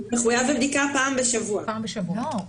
הוא